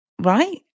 right